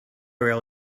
rail